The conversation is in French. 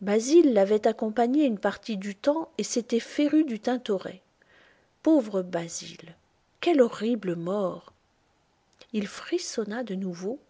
basil l'avait accompagné une partie du temps et s'était féru du tintoret pauvre basil quelle horrible mort il frissonna de nouveau